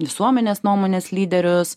visuomenės nuomonės lyderius